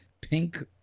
pink